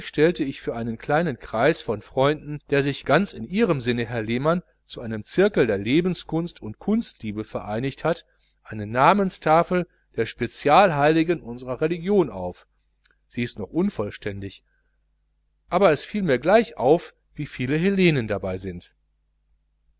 stellte ich für einen kleinen kreis von freunden der sich ganz in ihrem sinne herr lehmann zu einem zirkel der lebenskunst und kunstliebe vereinigt hat eine namenstafel der spezialheiligen unsrer religion auf sie ist noch unvollständig aber es fiel mir gleich auf wie viel hellenen dabei sind